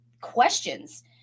questions